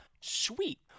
sweet